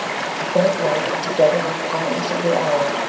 a faint light, together with the quietness of the hour,